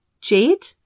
jade